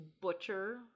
butcher